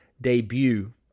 debut